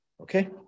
Okay